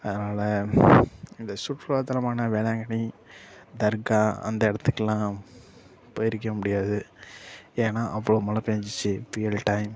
அதனால் இந்த சுற்றுலாத்தலமான வேளாங்கண்ணி தர்கா அந்த இடத்துக்கெல்லாம் போயிருக்கவே முடியாது ஏன்னா அவ்வளோ மழை பெஞ்சிச்சி புயல் டைம்